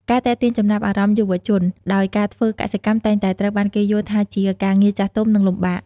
ការទាក់ទាញចំណាប់អារម្មណ៍យុវជន ដោយការធ្វើកសិកម្មតែងតែត្រូវបានគេយល់ថាជាការងារចាស់ទុំ និងលំបាក។